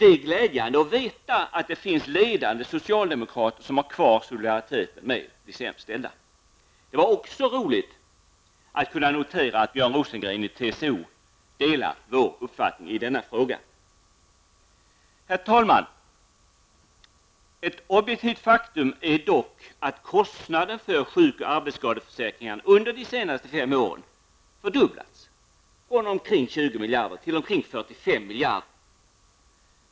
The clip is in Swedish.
Det är glädjande att veta att det finns ledande socialdemokrater som har kvar solidariteten med de sämst ställda. Det var också roligt att kunna notera att Björn Rosengren i TCO delar vår uppfattning i denna fråga. Herr talman! Ett objektivt faktum är dock att kostnaden för sjuk och arbetsskadeförsäkringarna under de senaste fem åren fördubblats, från omkring 20 miljarder till omkring 45 miljarder.